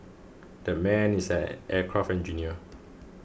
that man is an aircraft engineer